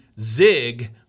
zig